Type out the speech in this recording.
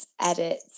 edit